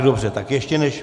Dobře, tak ještě než...